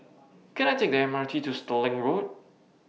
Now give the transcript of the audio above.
Can I Take The MRT to Stirling Road